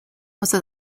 was